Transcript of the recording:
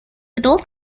adults